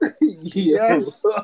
Yes